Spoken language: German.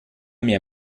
mehr